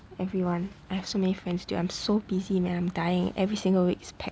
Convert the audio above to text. everyone I have so many friends dude I'm so busy man I'm dying every single week is packed